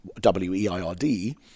W-E-I-R-D